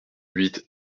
huit